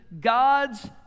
God's